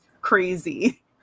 crazy